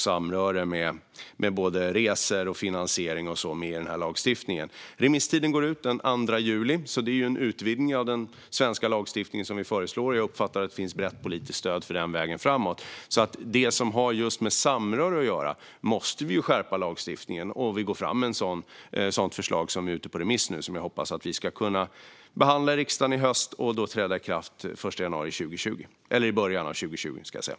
Samröre - resor, finansiering och så vidare - finns också med i denna lagstiftning. Remisstiden går ut den 2 juli. Det vi föreslår är en utvidgning av den svenska lagstiftningen. Jag uppfattar att det finns ett brett politiskt stöd för denna väg framåt. Det som har just med samröre att göra måste vi ju skärpa lagstiftningen om, och vi går fram med ett sådant förslag. Det är ute på remiss nu. Jag hoppas att vi ska kunna behandla det i riksdagen i höst och att det ska träda i kraft i början av 2020.